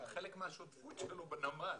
הם חלק מהשותפות שלנו בנמל,